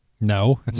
No